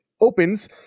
opens